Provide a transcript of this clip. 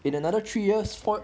in another three years four